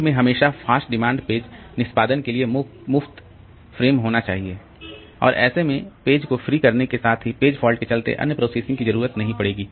pool में हमेशा fast demand page निष्पादन के लिए मुफ्त फ़्रेम होना चाहिए और ऐसे में पेज को फ्री करने के साथ ही पेज फॉल्ट के चलते अन्य प्रोसेसिंग की जरूरत नहीं पड़ेगी